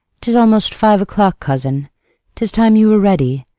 tis almost five o'clock, cousin tis time you were ready.